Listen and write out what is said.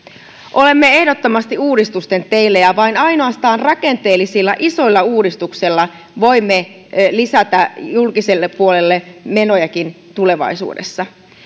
olemme ehdottomasti uudistusten teillä ja vain ja ainoastaan rakenteellisilla isoilla uudistuksilla voimme lisätä julkiselle puolelle menojakin tulevaisuudessa